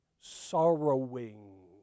sorrowing